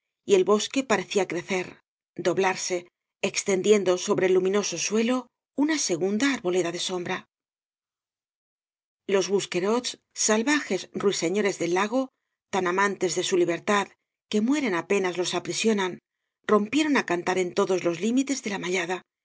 y el bosque parecía crecer doblarse extendiendo sobre el luminoso suelo una segunda arboleda de sombra los buxquerdts salvajes ruiseñores del lago tan amantes de su libertad que mueren apenas los aprisionan rompieron á cantar en todos los límites de la mallada